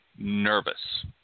Nervous